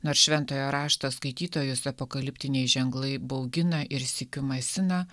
nors šventojo rašto skaitytojus apokaliptiniai ženklai baugina ir sykiu masina